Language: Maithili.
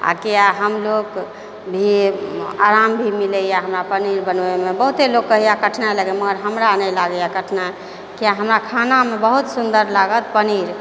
आओर किए हमलोक भी आराम भी मिलैए हमरा पनीर बनबैमे बहुते लोक कहैए कठिनाइ लागैए मगर हमरा नहि लागैए कठिनाइ किए हमरा खानामे बहुत सुन्दर लागत पनीर